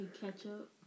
ketchup